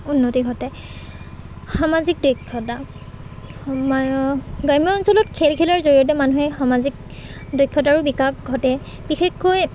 উন্নতি ঘটে সামাজিক দক্ষতা গ্ৰাম্য অঞ্চলত খেল খেলাৰ জৰিয়তে মানুহে সামাজিক দক্ষতাৰো বিকাশ ঘটে বিশেষকৈ